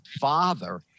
father